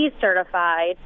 certified